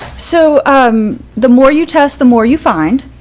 so um the more you test, the more you find.